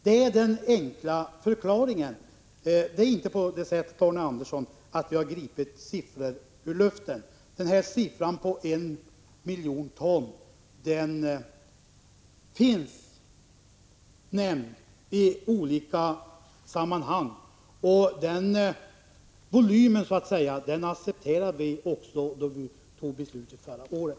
Detta är den enkla förklaringen. Vi har inte, Arne Andersson i Ljung, gripit siffror ur luften. Siffran 1 miljon ton finns nämnd i olika sammanhang, och denna volym accepterades då vi fattade beslutet förra året.